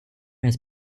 has